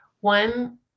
one